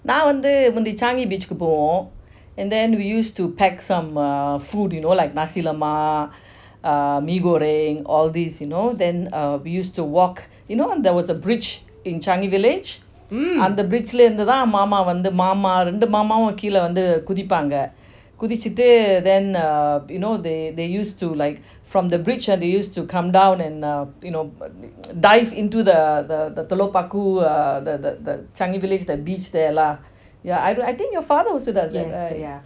நான் வந்து முந்தி:naan vanthu munthi changi beach ball and then we used to pack some uh food you know like nasi lemak uh mee goreng all these you know then uh we used to walk you know there was a bridge in changi village அந்த:antha bridge லந்து தான் மாமா வந்து மாமா மாமா ரெண்டு மாமாவும் கீழ வந்து குதிப்பாங்க:lanthu thaan mama vanthu mama mama rendu mamavum keela vanthu guthipanga then uh you know they they used to like from the bridge ah they used to come down and uh you know dived into the the the telok paku uh the the the changi village the beach there lah yeah i~ I think your father also does that right